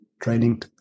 Training